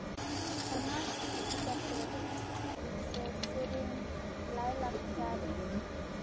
ᱥᱚᱢᱟᱡᱽ ᱤᱫᱤ ᱠᱟᱛᱮᱫ ᱥᱮ ᱥᱮᱨᱮᱧ ᱞᱟᱭᱼᱞᱟᱠᱪᱟᱨ